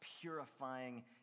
purifying